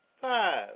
five